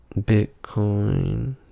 Bitcoin